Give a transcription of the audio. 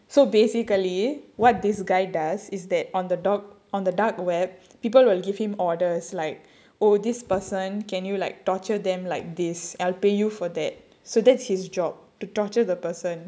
so basically what this guy does is that on the dog on the dark web people will give him orders like oh this person can you like torture them like this I'll pay you for that so that's his job to torture the person